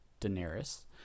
Daenerys